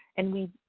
and we,